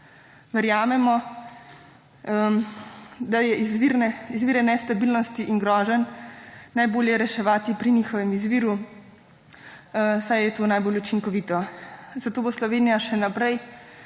Verjamemo, da je izvire nestabilnosti in groženj najbolje reševati pri njihovem izviru, saj je to najbolj učinkovito. Zato bo Slovenija še naprej